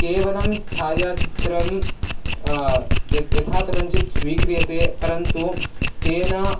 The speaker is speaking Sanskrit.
केवलं छायाचित्रं यथा कथञ्चित् स्वीक्रियते परन्तु तेन